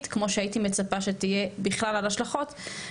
כמו שהייתי מצפה שתהיה בכלל על ההשלכות,